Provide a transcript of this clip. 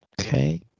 Okay